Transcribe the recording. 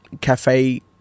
cafe